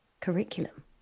curriculum